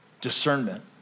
discernment